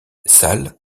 salles